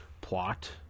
plot